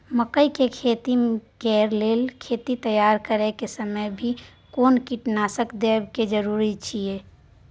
मकई के खेती कैर लेल खेत तैयार करैक समय मे भी कोनो कीटनासक देबै के जरूरी अछि की?